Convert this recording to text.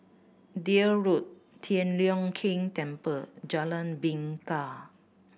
Deal Road Tian Leong Keng Temple Jalan Bingka